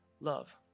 love